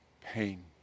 pain